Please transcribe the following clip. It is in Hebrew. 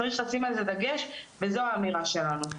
צריך לשים על זה דגש וזו האמירה שלנו.